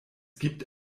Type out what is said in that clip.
gibt